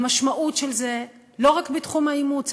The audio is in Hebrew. המשמעות של זה היא לא רק בתחום האימוץ,